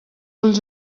ulls